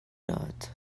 that